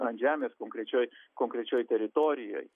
ant žemės konkrečioj konkrečioj teritorijoj